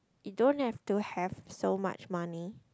you don't have to have so much money